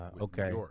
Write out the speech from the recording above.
okay